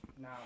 Now